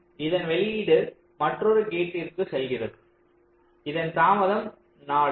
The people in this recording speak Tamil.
இதன் வெளியீடு மற்றொரு கேட்டிற்கு செல்கிறதுஇதன் தாமதம் 4